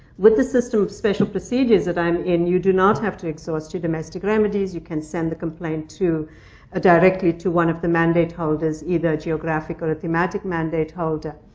with the system of special procedures that i am in, you do not have to exhaust your domestic remedies. you can send the complaint ah directly to one of the mandate holders, either geographical or thematic mandate holder.